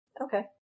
Okay